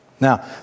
Now